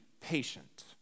patient